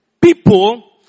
People